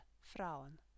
Frauen